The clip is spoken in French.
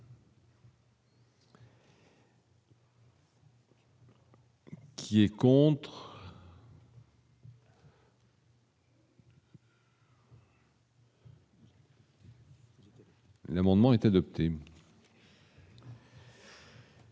Qui est contre. L'amendement est adopté.